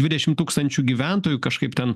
dvidešim tūkstančių gyventojų kažkaip ten